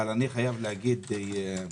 אבל אני חייב לומר לעידית,